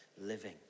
living